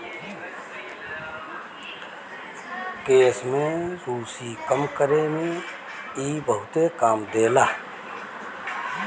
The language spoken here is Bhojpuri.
केश में रुसी कम करे में इ बहुते काम देला